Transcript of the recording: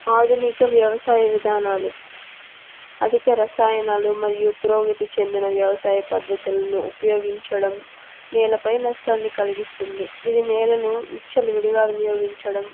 ఆధునిక వ్యవసాయ విధానాలు అధిక రసాయనాలు మరియు పురోగతి చెందిన వ్యవసాయ పద్ధతులను ఉపయోగించడం నేలపై నష్టాన్ని కలిగిస్తుంది ఇది నేలను ఇచ్చలు విడిగా వినియోగించడం